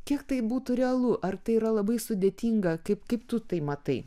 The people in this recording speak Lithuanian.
kiek tai būtų realu ar tai yra labai sudėtinga kaip kaip tu tai matai